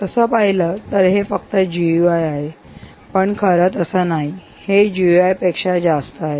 तसं पाहिलं तर हे फक्त जीयुआय आहे पण खर तर तस नाही हे जीयुआय पेक्षा जास्त आहे